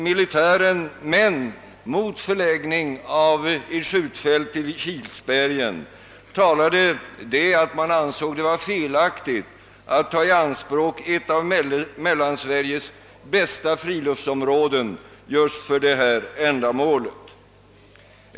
Mot förläggning av ett skjutfält till Kilsbergen anfördes att det ansågs vara felaktigt att ta i anspråk ett av Mellansveriges bästa friluftsområden just för detta ändamål.